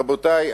רבותי,